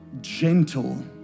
gentle